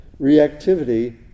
reactivity